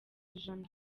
ijana